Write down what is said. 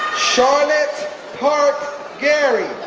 charlotte parke gary,